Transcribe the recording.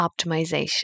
optimization